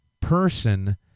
person